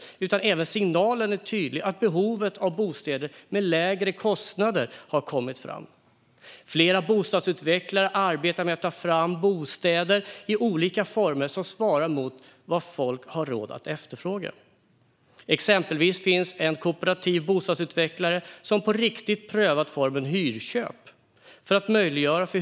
Det är även en tydlig signal om behovet av bostäder med lägre kostnader. Flera bostadsutvecklare arbetar med att ta fram bostäder i olika former som svarar mot vad folk har råd att efterfråga. Exempelvis finns det en kooperativ bostadsutvecklare som på riktigt prövat formen hyrköp.